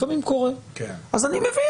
לפעמים זה קורה אני מבין.